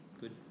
Good